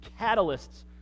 catalysts